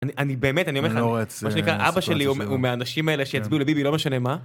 אני באמת אני אומר לך אבא שלי הוא מהאנשים האלה שיצביעו לביבי לא משנה מה.